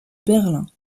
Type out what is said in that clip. berlin